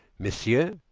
monsieur,